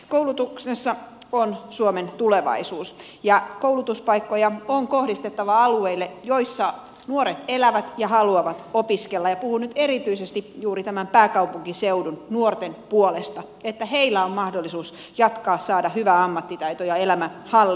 koulutuksessa on suomen tulevaisuus ja koulutuspaikkoja on kohdistettava alueille joissa nuoret elävät ja haluavat opiskella ja puhun nyt erityisesti juuri tämän pääkaupunkiseudun nuorten puolesta että heillä on mahdollisuus jatkaa saada hyvä ammattitaito ja elämä hallintaan